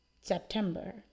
September